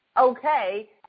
okay